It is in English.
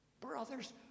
brothers